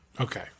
Okay